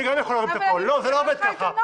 זה לא עובד כך.